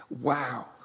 wow